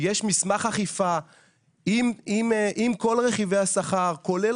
יש מסמך אכיפה עם כל רכיבי השכר כולל